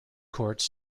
courts